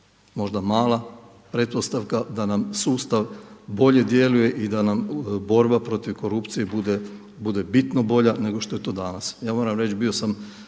možda mala pretpostavka, da nam sustav bolje djeluje i da nam borba protiv korupcije bude bitno bolja nego što je to danas. Ja moram reći bio sam